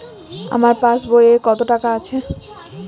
আমার পাসবই এ কত টাকা আছে?